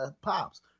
Pops